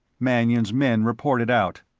mannion's men reported out.